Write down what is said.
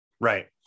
Right